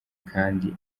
kandi